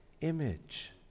image